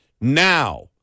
now